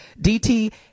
DT